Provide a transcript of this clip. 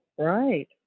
Right